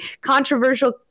controversial